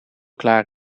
klaar